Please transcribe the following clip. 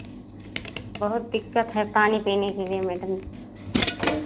बहुत दिक्कत है पानी पीने के लिए मैडम